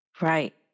Right